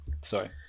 Sorry